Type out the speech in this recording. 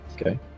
Okay